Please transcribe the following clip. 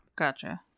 Gotcha